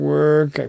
work